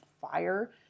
fire